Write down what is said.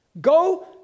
Go